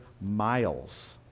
miles